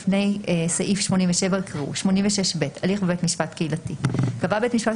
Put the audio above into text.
לפי סעיף 87 יקראו: "86ב.הליך בבית משפט קהילתי קבע בית משפט